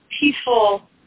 peaceful